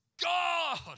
God